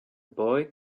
boy